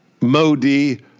Modi